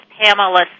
Pamela